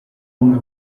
una